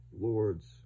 Lords